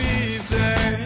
easy